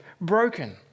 broken